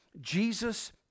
Jesus